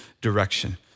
direction